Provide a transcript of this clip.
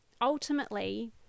ultimately